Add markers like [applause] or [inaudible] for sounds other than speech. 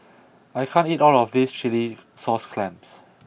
[noise] I can't eat all of this Chilli Sauce Clams